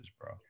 bro